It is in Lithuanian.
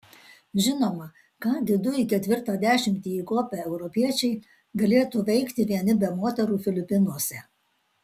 žinoma ką gi du į ketvirtą dešimtį įkopę europiečiai galėtų veikti vieni be moterų filipinuose